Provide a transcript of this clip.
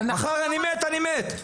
מחר אני מת, אני מת.